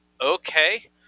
okay